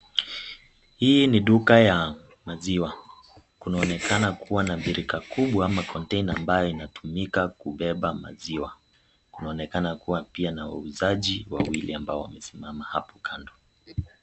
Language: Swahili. Hii ni duka ya maziwa kunaonekana kuwa na birika kubwa ama container inayotumika kubeba maziwa kunaonekana kuwa pia na wauzaji wawili ambao wamesimama hapo kando.